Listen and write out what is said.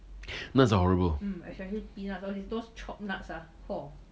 nuts are horrible